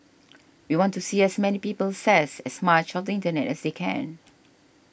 we want to see as many people says as much of the internet as they can